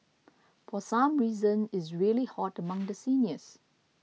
for some reason is really hot among the seniors